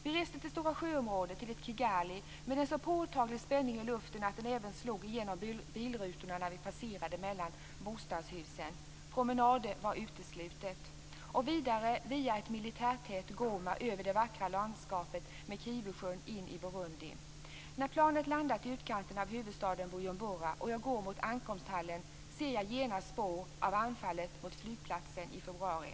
Vi reste till Stora Sjöområdet, till ett Kigali med en sådan påtaglig spänning i luften att den även slog igenom bilrutorna när vi passerade mellan bostadshusen. Promenader var uteslutna. Vidare for vi via ett militärtätt Goma över det vackra landskapet med Kivusjön in i Burundi. När planet landat i utkanten av huvudstaden Bujumbura och jag går mot ankomsthallen ser jag genast spår av anfallet mot flygplatsen i februari.